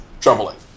troubling